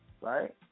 right